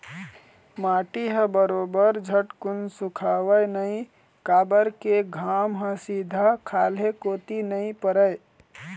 माटी ह बरोबर झटकुन सुखावय नइ काबर के घाम ह सीधा खाल्हे कोती नइ परय